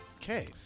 Okay